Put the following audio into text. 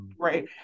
right